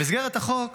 במסגרת החוק